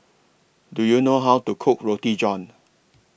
Do YOU know How to Cook Roti John